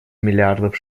миллиардов